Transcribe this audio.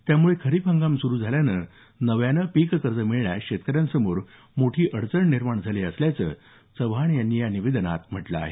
त्यामुळे खरीप हंगाम सुरू झाल्यानं नव्याने पीक कर्ज मिळण्यास शेतकऱ्यांसमोर मोठी अडचण निर्माण झाली असल्याचे चव्हाण यांनी निवेदनात म्हटलं आहे